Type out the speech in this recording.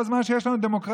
כל זמן שיש לנו דמוקרטיה,